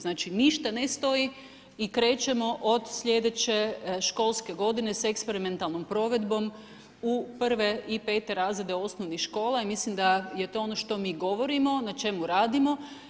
Znači ništa ne stoji i krećemo od sljedeće školske godine sa eksperimentalnom provedbom u prve i pete razrede osnovnih škola i mislim da je to ono što mi govorimo, na čemu radimo.